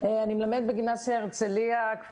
אני מלמדת בגימנסיה הרצליה.